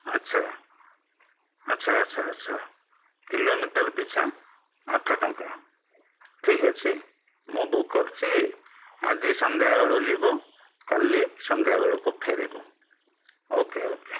ଆଚ୍ଛା ଆଚ୍ଛା ଆଚ୍ଛା ଆଚ୍ଛା କିଲୋମିଟର ପିଛା ଆଠ ଟଙ୍କା ଠିକ୍ ଅଛି ମୁଁ ବୁକ କରୁଛି ଆଜି ସନ୍ଧ୍ୟାବେଳୁ ଯିବୁ କାଲି ସନ୍ଧ୍ୟାବେଳକୁ ଫେରିବୁ ଓ କେ ଓ କେ